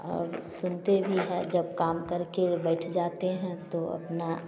और सुनते भी है जब काम करके बैठ जाते हैं तो अपना